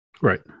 Right